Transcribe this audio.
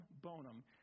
bonum